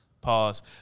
pause